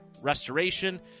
Restoration